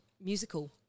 musical